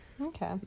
Okay